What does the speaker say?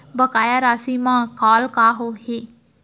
बकाया राशि मा कॉल का हे?